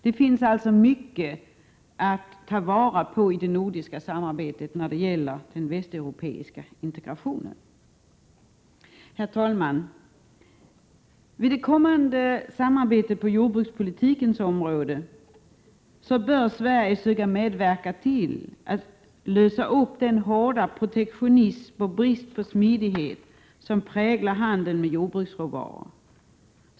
Det finns alltså mycket att ta vara på i det nordiska samarbetet när det gäller den västeuropeiska integrationen. Herr talman! Vid det kommande samarbetet på jordbrukspolitikens område bör Sverige verka för att komma till rätta med den hårda protektionism och brist på smidighet som präglar handeln med jordbruksråvaror.